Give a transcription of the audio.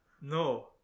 no